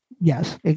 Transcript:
Yes